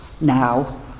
now